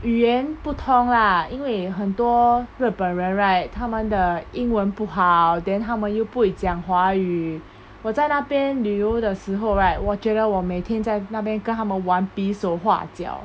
语言不通 lah 因为很多日本人 right 他们的英文不好 then 他们又不会讲华语我在那边旅游的时候 right 我觉得我每天在那边跟他们玩比手画脚